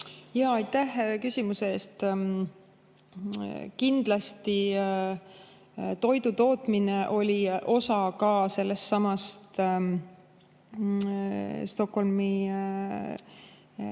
Aitäh küsimuse eest! Kindlasti oli toidutootmine osa ka sellestsamast Stockholmi